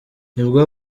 nibwo